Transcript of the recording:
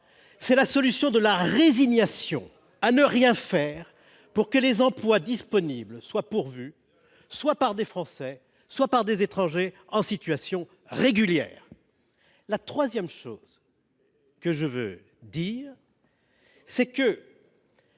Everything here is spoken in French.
C’est la solution de la résignation à ne rien faire pour que les emplois disponibles soient pourvus soit par des Français, soit par des étrangers en situation régulière. Enfin, nous ne pouvons absolument pas